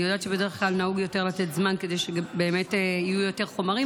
אני יודעת שבדרך כלל נהוג יותר לתת זמן כדי שבאמת יהיו יותר חומרים,